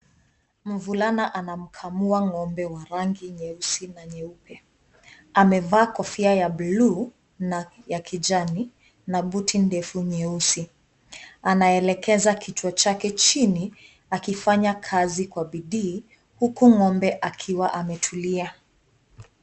Mvulana anamkamua ng'ombe wa rangi nyeusi na nyeupe. Amevaa kofia ya bluu na ya kijani, na buti ndefu nyeusi. Anaelekeza kichwa chake chini, akifanya kazi kwa bidii, huku ng'ombe akiwa ametulia.